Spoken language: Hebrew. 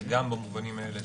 זה גם במובנים האלה.